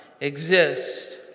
exist